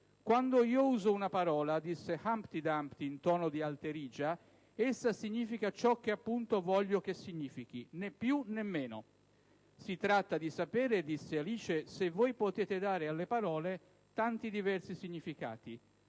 «"Quando io uso una parola", disse Humpty Dumpty in tono di alterigia, "essa significa ciò che appunto voglio che significhi: né più né meno". "Si tratta di sapere", disse Alice, "se voi potete dare alle parole tanti diversi significati".